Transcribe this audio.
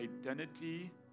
identity